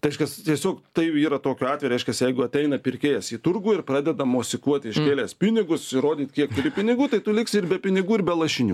reiškias tiesiog tai jau yra tokiu atveju reiškias jeigu ateina pirkėjas į turgų ir pradeda mosikuoti iškėlęs pinigus ir rodyt kiek turi pinigų tai tu liksi ir be pinigų ir be lašinių